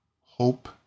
Hope